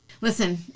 Listen